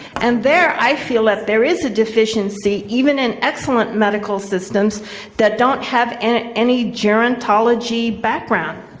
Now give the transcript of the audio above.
and there, i feel that there is a deficiency, even in excellent medical systems that don't have and ah any gerontology background.